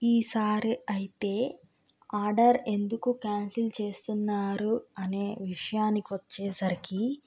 ఈసారి అయితే ఆర్డర్ ఎందుకు క్యాన్సిల్ చేస్తున్నారు అనే విషయానికి వచ్చేసరికి